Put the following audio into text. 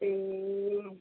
ए